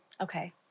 Okay